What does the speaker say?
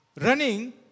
running